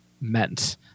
meant